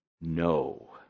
no